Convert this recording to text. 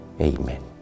Amen